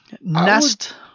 nest